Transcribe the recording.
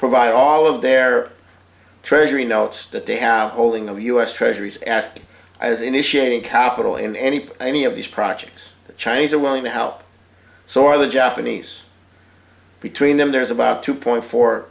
provide all of their treasury notes that they have holding of u s treasuries asking i was initiating capital in any any of these projects the chinese are willing to help so are the japanese between them there's about two point four